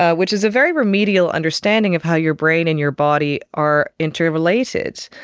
ah which is a very remedial understanding of how your brain and your body are interrelated.